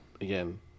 again